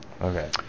Okay